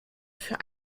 für